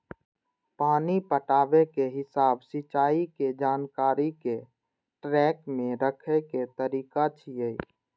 पानि पटाबै के हिसाब सिंचाइ के जानकारी कें ट्रैक मे राखै के तरीका छियै